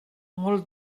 molt